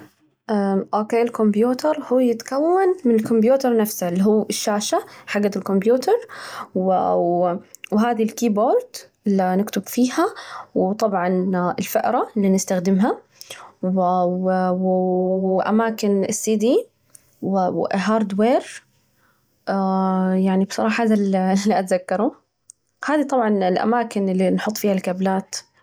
أوكي، الكمبيوتر هو يتكون من الكمبيوتر نفسه اللي هو الشاشة حجت الكمبيوتر، و و وهذي الكيبورد اللي نكتب فيها، وطبعا الفأرة اللي نستخدمها، و و و و و وأماكن السي دي والهارد وير، يعني بصراحة هذا اللي اللي أتذكره، هذي طبعا الأماكن اللي نحط فيها الكابلات.